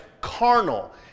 carnal